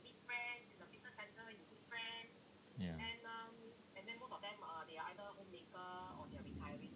ya